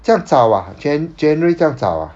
这样早 ah jan~ january 这样早 ah